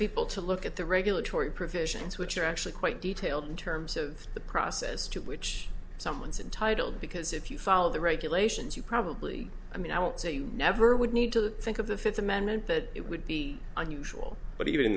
people to look at the regulatory provisions which are actually quite detailed in terms of the process to which someone's in title because if you follow the regulations you probably i mean i would say you never would need to think of the fifth amendment that it would be unusual but even